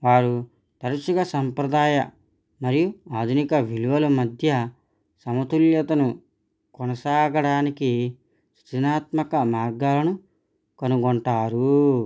వారు తరచుగా సాంప్రదాయ మరియు ఆధునిక విలువల మధ్య సమతుల్యతను కొనసాగడానికి కఠినాత్మక మార్గాలను కనుగొంటారు